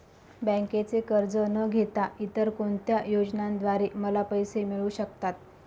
बँकेचे कर्ज न घेता इतर कोणत्या योजनांद्वारे मला पैसे मिळू शकतात?